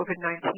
COVID-19